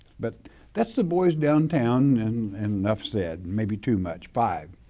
but that's the boys downtown and enough said maybe too much. five,